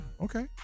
Okay